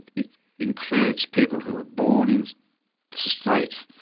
it includes people who are born in the state,